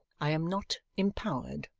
i am not impowered.